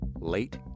late